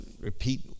repeat